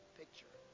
picture